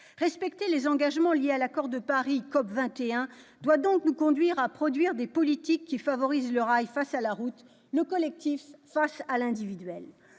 Respecter les engagements liés à l'accord de Paris pris dans le cadre de la COP21 doit donc nous conduire à adopter des politiques qui favorisent le rail face à la route, le collectif face à l'individuel.